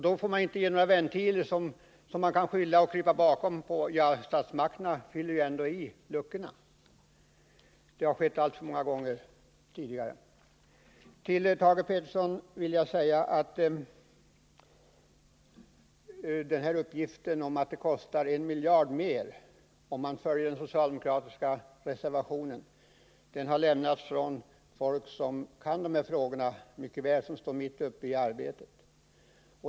Då får man inte inrätta några ”ventiler” som det går att förlita sig på — statsmakterna fyller ju ändå i luckorna, skulle det heta. Det har skett alltför många gånger tidigare. Till Thage Peterson vill jag säga att uppgiften om att det kostar en miljard mer om man följer den socialdemokratiska reservationen har lämnats från folk som kan de här frågorna mycket väl och som står mitt uppe i arbetet.